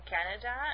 Canada